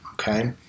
okay